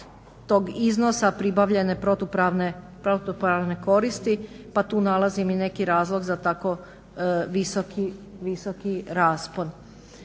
iznosa pribavljene protupravne koristi pa tu nalazim i neki razlog za tako visoki raspon.